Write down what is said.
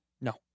No